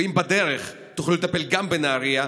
ואם בדרך תוכלו לטפל גם בנהריה,